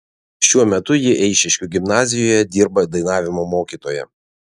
šiuo metu ji eišiškių gimnazijoje dirba dainavimo mokytoja